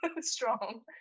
strong